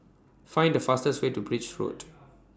Find The fastest Way to Birch Road